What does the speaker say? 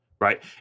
right